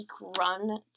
run